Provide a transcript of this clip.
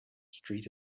street